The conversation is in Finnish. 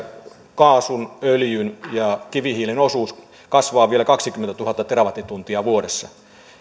kaasun öljyn ja kivihiilen osuus kasvaa vielä kaksikymmentätuhatta terawattituntia vuodessa